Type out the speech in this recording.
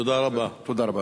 תודה רבה,